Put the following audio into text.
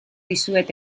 dizuet